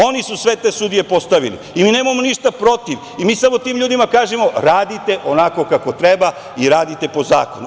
Oni su sve te sudije postavili i mi nemamo ništa protiv, mi samo tim ljudima kažemo – radite onako kako treba i radite po zakonu.